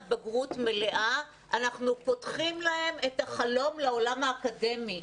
בגרות מלאה אנחנו פותחים להם את החלום לעולם האקדמי.